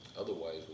Otherwise